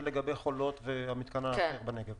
זה לגבי חולות והמתקן האחר בנגב.